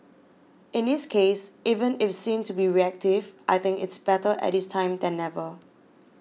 in this case even if seen to be reactive I think it's better at this time than never